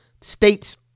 state's